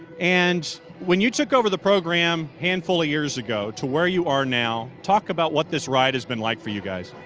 and when you took over the program a handful of years ago to where you are now, talk about what this ride has been like for you guys?